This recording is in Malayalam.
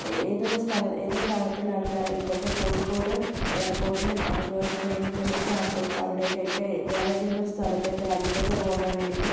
ഏതൊരു സ്ഥല ഏതൊരു ഭാഗത്തുള്ള ആൾക്കാരായിക്കോട്ടെ കോഴിക്കോട് എയർപ്പോർട്ടിലും അതുപോലെ ട്രെയിനുകളിലൊക്കെ ആശ്രയിച്ച് അവിടെക്കൊക്കെ വേറെ ഏതെങ്കിലും ഒരു സ്ഥലത്തൊക്കോ രാജ്യത്തൊക്കോ പോകാൻ വേണ്ടിട്ട്